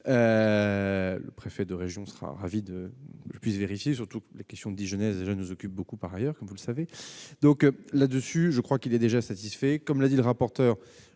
le préfet de région sera ravi de puissent vérifier surtout question nous occupe beaucoup, par ailleurs, comme vous le savez, donc là-dessus, je crois qu'il est déjà satisfait, comme l'a dit le rapporteur,